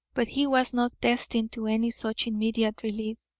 but he was not destined to any such immediate relief.